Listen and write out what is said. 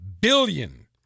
billion